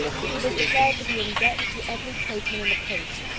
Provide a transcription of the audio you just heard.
he was declared to be in debt to every tradesman in the place,